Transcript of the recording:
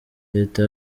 leta